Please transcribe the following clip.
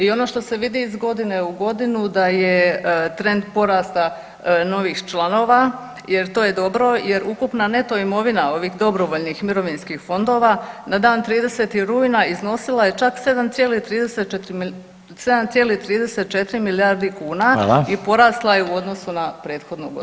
I ono što se vidi iz godine iz godinu da je trend porasta novih članova jer to je dobro jer ukupna neto imovina ovih dobrovoljnih mirovinskih fondova na dan 30. rujna iznosila je čak 7,34 milijardi kuna [[Upadica: Hvala.]] i porasla je u odnosu na prethodnu godinu.